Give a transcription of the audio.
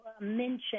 mention